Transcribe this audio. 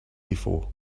before